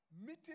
meeting